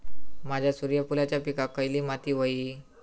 माझ्या सूर्यफुलाच्या पिकाक खयली माती व्हयी?